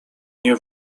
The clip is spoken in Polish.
nie